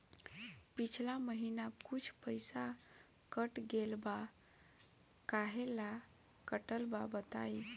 पिछला महीना कुछ पइसा कट गेल बा कहेला कटल बा बताईं?